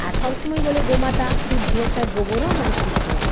আর সব সময় বলে গোমাতা শুদ্ধ তাই গোবরও আমাদের শুদ্ধ